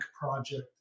project